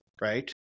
Right